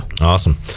awesome